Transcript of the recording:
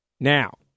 Now